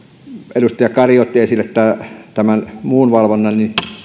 edustaja kari otti esille tämän muun valvonnan